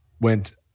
went